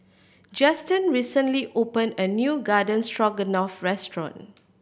Juston recently opened a new Garden Stroganoff restaurant